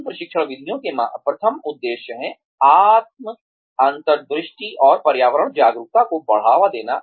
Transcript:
इन प्रशिक्षण विधियों के प्रथम उद्देश्य हैं आत्म अंतर्दृष्टि और पर्यावरण जागरूकता को बढ़ावा देना